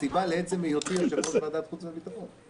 הסיבה לעצם היותי יושב-ראש ועדת החוץ והביטחון.